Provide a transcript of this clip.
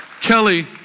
Kelly